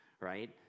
right